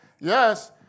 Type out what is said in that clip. Yes